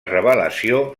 revelació